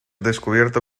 descubierto